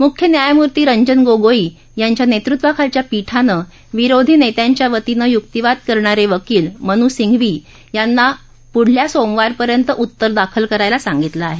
मुख्य न्यायमूर्ती रंजन गोगोई यांच्या नेतृत्वाखालील पीठान विरोधी नेत्यांच्या वतीनं युक्तिवाद करणारे वकील अभिषेक मनु सिंघवी यांना पुढल्या सोमवारपर्यंत उत्तर दाखल करायला सांगितलं आहे